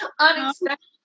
unexpected